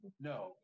No